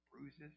bruises